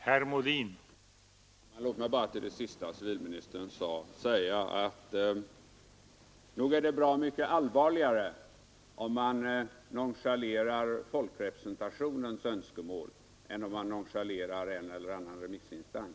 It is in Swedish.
Herr talman! Låt mig bara till det senaste som civilministern yttrade säga att det nog är bra mycket allvarligare om man nonchalerar folkrepresentationens önskemål än om man nonchalerar en eller annan remissinstans.